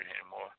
anymore